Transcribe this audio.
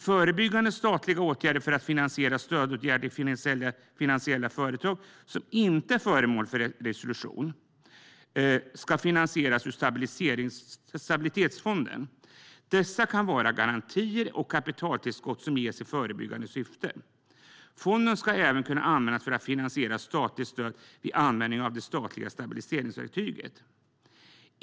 Förebyggande statliga åtgärder för att finansiera stödåtgärder i finansiella företag som inte är föremål för resolution ska finansieras ur stabilitetsfonden. Dessa kan vara garantier och kapitaltillskott som ges i förebyggande syfte. Fonden ska även kunna användas för att finansiera statligt stöd vid användning av det statliga stabiliseringsverktyget.